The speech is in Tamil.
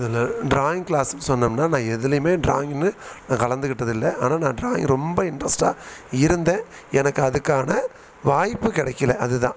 இதில் ட்ராயிங் க்ளாஸுன்னு சொன்னம்னால் நான் எதுலேயுமே ட்ராயிங்குன்னு நான் கலந்துக்கிட்டது இல்லை ஆனால் நான் ட்ராயிங் ரொம்ப இன்ட்ரெஸ்ட்டாக இருந்தேன் எனக்கு அதுக்கான வாய்ப்பு கிடைக்கில அது தான்